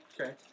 Okay